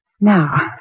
Now